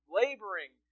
laboring